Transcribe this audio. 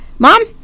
Mom